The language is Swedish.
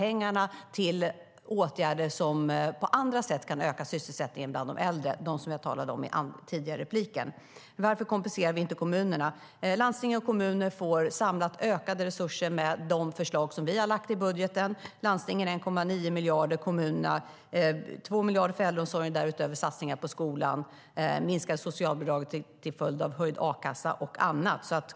Pengarna används till åtgärder som på andra sätt kan öka sysselsättningen bland de äldre, det vill säga de åtgärder jag talade om i mitt tidigare anförande. Varför kompenserar vi inte kommunerna? Landsting och kommuner får samlat ökade resurser med de förslag som vi har lagt fram i budgeten. Landstingen får 1,9 miljarder, och kommunerna får 2 miljarder för äldreomsorgen. Därutöver sker satsningar på skolan. Socialbidraget minskas till följd av höjd a-kassa, och så vidare.